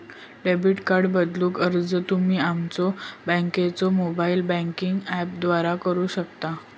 debit card बदलूक अर्ज तुम्ही तुमच्यो बँकेच्यो मोबाइल बँकिंग ऍपद्वारा करू शकता